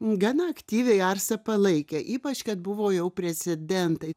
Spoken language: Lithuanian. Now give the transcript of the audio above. gana aktyviai arsą palaikė ypač kad buvo jau precedentai